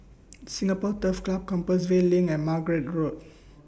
Singapore Turf Club Compassvale LINK and Margate Road